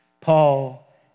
Paul